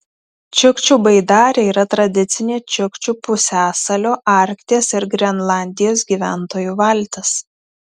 čiukčių baidarė yra tradicinė čiukčių pusiasalio arkties ir grenlandijos gyventojų valtis